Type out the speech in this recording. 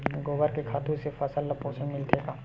गोबर के खातु से फसल ल पोषण मिलथे का?